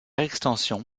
extension